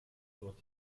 dort